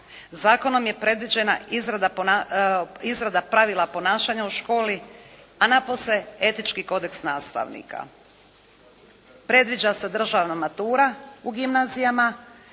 zakonom je predviđena izreda pravila ponašanja u školi, a napose etički kodeks nastavnika. Predviđa se državna matura u gimnazijama